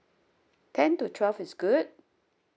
ten to twelve is good